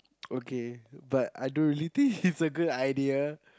okay but I don't really think it's a good idea